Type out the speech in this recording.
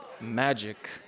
magic